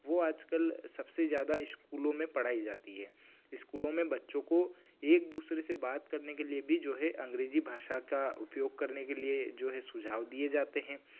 वो आजकल सबसे ज्यादा स्कूलों में पढ़ाई जाती है स्कूलों में बच्चों को एक दुसरो से बात करने के लिए भी जो है अंग्रेजी भाषा का उपयोग करने के लिए जो है सुझाव दिए जाते हैं